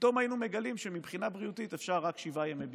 פתאום היינו מגלים שמבחינה בריאותית אפשר רק שבעה ימי בידוד.